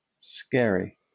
scary